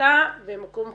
שאתה במקום חיובי,